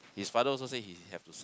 his father also say he he have to serve